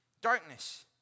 darkness